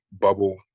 bubble